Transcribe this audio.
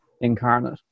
incarnate